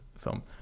film